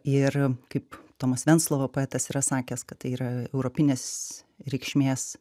ir kaip tomas venclova poetas yra sakęs kad tai yra europinės reikšmės